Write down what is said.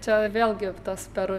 čia vėlgi tas per